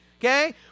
okay